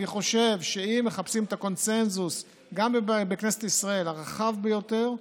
אני חושב שאם מחפשים את הקונסנזוס הרחב ביותר,